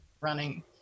running